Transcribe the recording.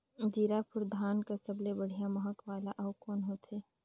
जीराफुल धान कस सबले बढ़िया महक वाला अउ कोन होथै?